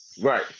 Right